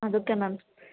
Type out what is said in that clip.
ಅದಕ್ಕೆ ಮ್ಯಾಮ್